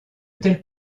telles